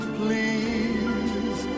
please